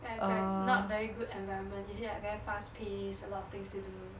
like ver~ not very good environment is it like very fast-paced a lot of things to do